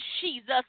Jesus